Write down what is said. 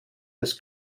des